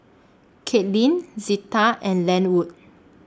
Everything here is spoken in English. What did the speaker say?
Kaitlin Zita and Lenwood